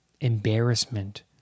embarrassment